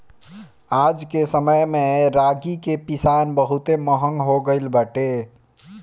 आजके समय में रागी के पिसान बहुते महंग हो गइल बाटे